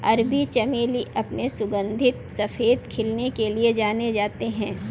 अरबी चमेली अपने सुगंधित सफेद खिलने के लिए जानी जाती है